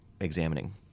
examining